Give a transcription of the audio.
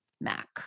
Mac